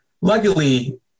luckily